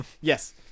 Yes